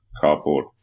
cardboard